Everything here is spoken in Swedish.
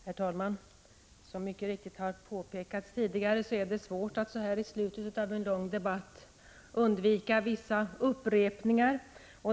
Herr talman! Som tidigare mycket riktigt har påpekats är det svårt att så här i slutet av en lång debatt undvika upprepningar.